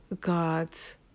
God's